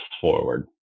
forward